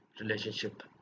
Relationship